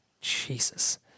Jesus